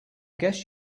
guess